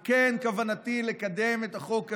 וכן, כוונתי לקדם את החוק הזה,